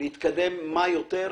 להתקדם כמה שיותר